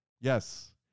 Yes